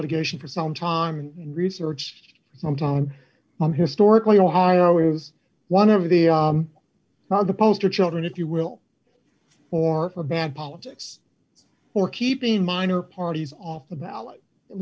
litigation for some time in researched some time on historically ohio is one of the not the poster children if you will for a bad politics or keeping minor parties off the ballot